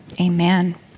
Amen